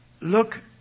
look